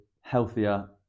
healthier